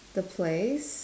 the place